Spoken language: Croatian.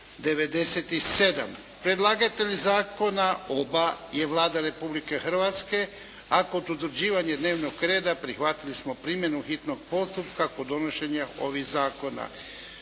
97 Predlagatelj zakona oba je Vlada Republike Hrvatske, a kod utvrđivanja dnevnog reda prihvatili smo primjenu hitnog postupka kod donošenja ovih zakona.